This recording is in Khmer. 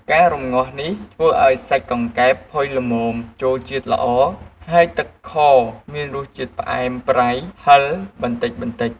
ការរំងាស់នេះធ្វើឱ្យសាច់កង្កែបផុយល្មម ចូលជាតិល្អ ហើយទឹកខមានរសជាតិផ្អែម ប្រៃ ហឹរ បន្តិចៗ។